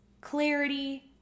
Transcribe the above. clarity